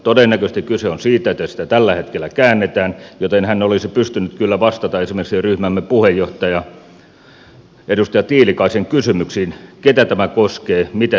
todennäköisesti kyse on siitä että sitä tällä hetkellä käännetään joten hän olisi pystynyt kyllä vastaamaan esimerkiksi ryhmämme puheenjohtajan edustaja tiilikaisen kysymyksiin ketä tämä koskee mitä se pitää sisällään